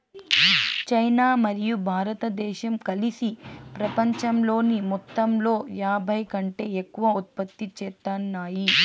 China మరియు భారతదేశం కలిసి పపంచంలోని మొత్తంలో యాభైకంటే ఎక్కువ ఉత్పత్తి చేత్తాన్నాయి